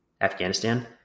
Afghanistan